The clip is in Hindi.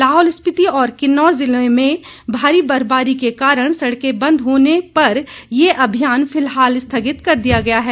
लाहौल स्पीति और किन्नौर जिलों में भारी बर्फबारी के कारण सड़कें बंद होने पर यह अभियान फिलहाल स्थगित कर दिया गया है